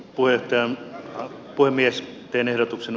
luettelon puhemies penehdotuksen